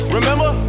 Remember